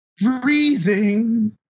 Breathing